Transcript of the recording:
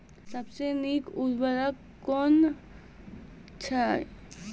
सबसे नीक उर्वरक कून अछि?